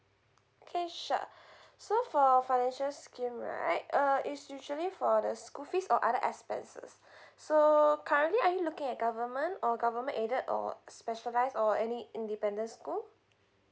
okay sure so for for the financial scheme right uh it's usually for the school fees or other expenses so currently are you looking at government or government aided or specialize or any independent school